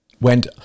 went